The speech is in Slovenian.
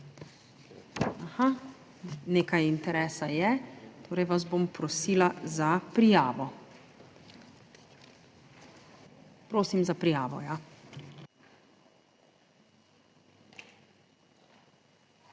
Aha, nekaj interesa je, torej vas bom prosila za prijavo. Prosim za prijavo.